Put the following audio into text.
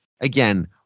again